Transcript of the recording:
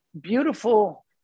beautiful